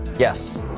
yes.